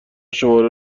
شماره